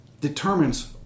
Determines